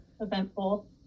eventful